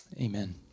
Amen